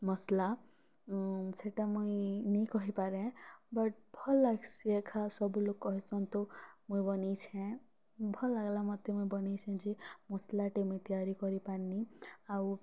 ମସ୍ଲା ଉନ୍ ସେଇଟା ମୁଇଁ ନେଇଁ କହିପାରେ ବଟ୍ ଭଲ୍ ଲାଗ୍ସି ଏଖା ସବୁ ଲୋକ୍ କହେସନ୍ ତୋ ମୁଇଁ ବନେଇଛେଁ ଭଲ୍ ଲାଗ୍ଲା ମୋତେ ମୁଇଁ ବନେଇଛେଁ ଜେ ମସ୍ଲାଟେ ମୁଇଁ ତିଆରି କରିପାର୍ନି ଆଉ